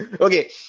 okay